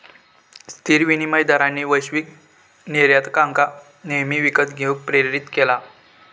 स्थिर विनिमय दरांनी वैश्विक निर्यातकांका नेहमी विकत घेऊक प्रेरीत केला